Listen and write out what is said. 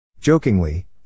Jokingly